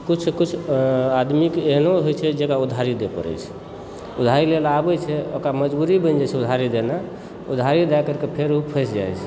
कुछ कुछ आदमीके एहनो होइत छै जेकरा उधारी देबऽ पड़य छै उधारी लेल आबय छै ओकरा मजबूरी बनि जाइ छै उधारी देनाइ उधारी दय करके फेर ओ फँसि जाइत छै